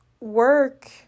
work